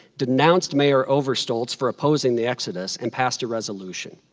denounced mayor overstolz for opposing the exodus, and passed a resolution.